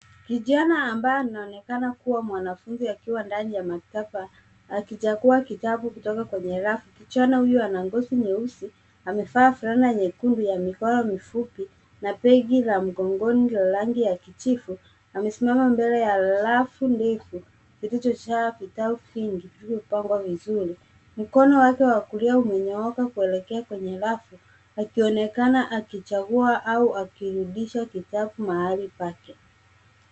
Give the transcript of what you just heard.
Kijana ambaye anaonekana kuwa mwanafunzi akiwa ndani ya maktaba akichugua kitabu kutoka kwenye rafu. Kijana huyu ana ngozi nyeusi. Amevaa fulana nyekundu ya mikono mifupi na begi la mgogoni la rangi ya kijivu. Amesimama mbele ya rafu ndefu zilizojaa vitabu vingi vilivyopangwa vizuri. Mkono wake wa kulia umenyooka kuelekea kwenye rafu akionekana akichagua au akirudisha kitabu mahali pake.